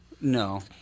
No